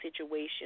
situation